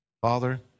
Father